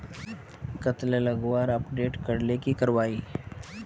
कतला लगवार अपटूडेट करले की करवा ई?